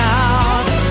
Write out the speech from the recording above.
out